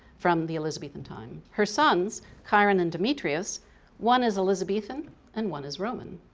from the elizabethan time. her sons chiron and demetrius one is elizabethan and one is roman.